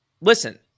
Listen